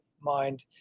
mind